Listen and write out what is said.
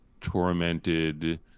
tormented